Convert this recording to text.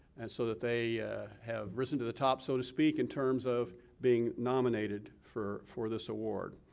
and so that they have risen to the top so to speak in terms of being nominated for for this award.